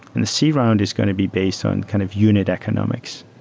and the c round is going to be based on kind of unit economics.